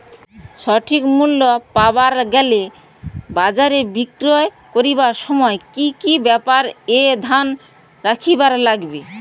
সঠিক মূল্য পাবার গেলে বাজারে বিক্রি করিবার সময় কি কি ব্যাপার এ ধ্যান রাখিবার লাগবে?